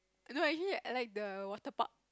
you know actually I like the water park